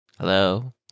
Hello